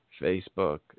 Facebook